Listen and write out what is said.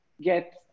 get